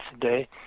today